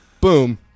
Boom